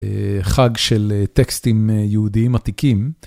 חג של טקסטים יהודיים עתיקים.